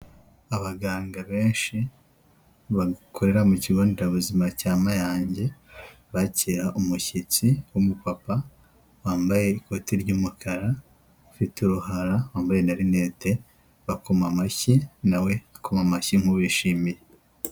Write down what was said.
Abaganga benshi bakorera mu kigo nderabuzima cya Mayange, bakira umushyitsi w'umupapa wambaye ikoti ry'umukara, ufite uruhara, wambaye na rinete bakoma amashyi na we akoma amashyi nk'ubishimiye.